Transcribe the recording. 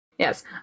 Yes